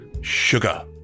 sugar